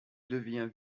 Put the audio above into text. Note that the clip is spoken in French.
devient